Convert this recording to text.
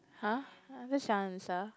!huh! that's your answer